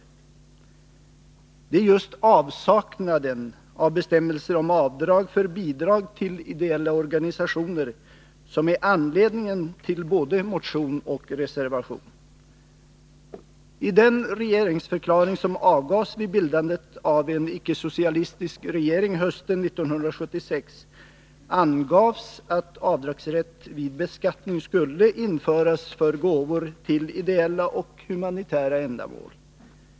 Det är just avsaknaden av bestämmelser om avdrag för bidrag till ideella organisationer som är anledningen till både motion och reservation. I den regeringsförklaring som avgavs vid bildandet av en icke-socialistisk regering hösten 1976 angavs att avdragsrätt vid beskattning skulle införas för gåvor till ideella och humanitära ändamål.